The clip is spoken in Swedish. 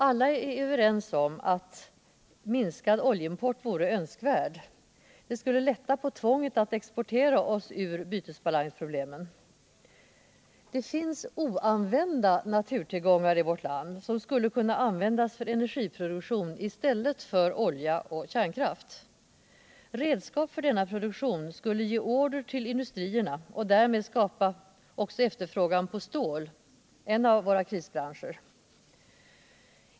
Alla är överens om att en minskad oljeimport vore önskvärd. Det skulle lätta på tvånget att exportera oss ur bytesbalansproblemen. Och det finns oanvända naturtillgångar i vårt land som skulle kunna användas för energiproduktion i stället för olja och kärnkraft. Redskap för denna produktion skulle ge order till industrierna och därmed även skapa efterfrågan på stål, som är en av krisbranscherna.